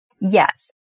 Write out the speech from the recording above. Yes